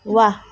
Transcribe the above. वाह